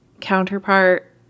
counterpart